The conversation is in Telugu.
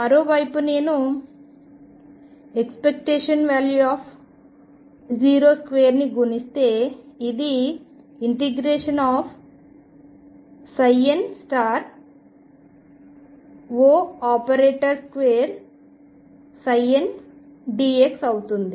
మరోవైపు నేను ⟨O2⟩ని గణిస్తే ఇది ∫nO2ndx అవుతుంది